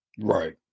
Right